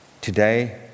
Today